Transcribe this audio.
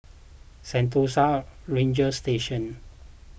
Sentosa Ranger Station